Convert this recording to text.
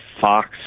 Fox